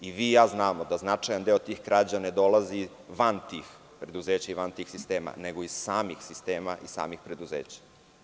Vi i ja znamo da je značajan deo tih krađa ne dolazi van tih preduzeća i van tih sistema nego iz samih sistema i iz samih preduzeća.